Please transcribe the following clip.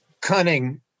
cunning